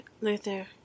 Luther